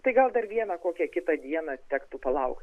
tai gal dar vieną kokią kitą dieną tektų palaukti